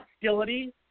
hostility